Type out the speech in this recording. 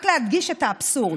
רק להדגיש את האבסורד.